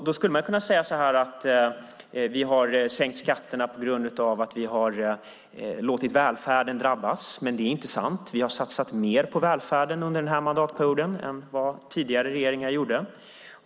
Man skulle kunna säga att vi har sänkt skatterna på grund av att vi har låtit välfärden drabbas. Men det är inte sant. Vi har satsat mer på välfärden under den här mandatperioden än vad tidigare regeringar gjort.